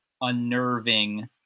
unnerving